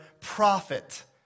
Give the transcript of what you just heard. prophet